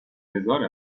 هزار